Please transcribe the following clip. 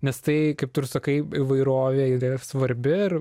nes tai kaip tu ir sakai įvairovė yra svarbi ir